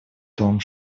том